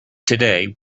today